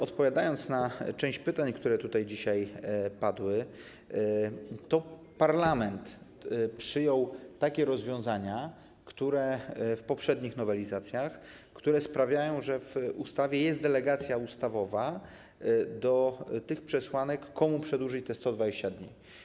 Odpowiadam na część pytań, które dzisiaj padły: parlament przyjął takie rozwiązania w poprzednich nowelizacjach, które sprawiają, że w ustawie jest delegacja ustawowa, jeżeli chodzi o przesłanki, komu przedłużyć te 120 dni.